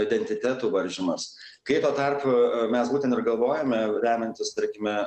identitetų varžymas kai tuo tarpu mes būtent ir galvojame remiantis tarkime